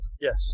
Yes